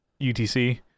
UTC